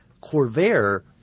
corvair